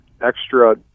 extra